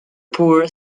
poor